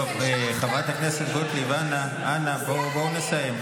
טוב, חברת הכנסת גוטליב, אנא, בואו נסיים.